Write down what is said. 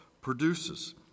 produces